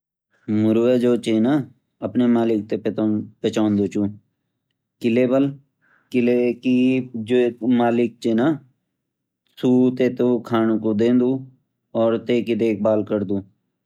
मुर्गे जो चे ना अपने मालिक ते पहचान दू चू किलेवल कि ज्वे मालिक चे ना सू ते तो खाने को दवेन्दू और ते की देखभाल करदू